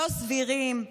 לא סבירים.